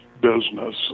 business